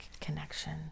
connection